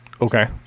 Okay